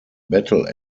battle